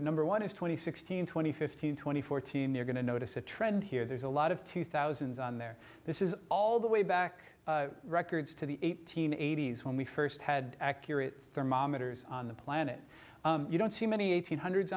number one is twenty sixteen twenty fifteen twenty fourteen they're going to notice a trend here there's a lot of to thousands on there this is all the way back records to the eighteen eighties when we first had accurate for ma matters on the planet you don't see many eighteen hundreds